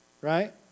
Right